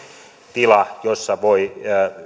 tila jossa voi